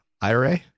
IRA